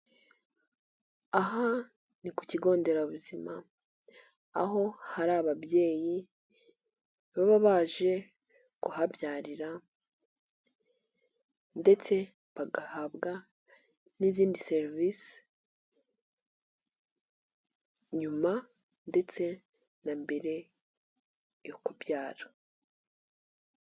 aha ni ku kigo nderabuzima, aho hari ababyeyi baba baje kuhabyarira ndetse bagahabwa n'izindi serivisi nyuma ndetse na mbere yo kubyara.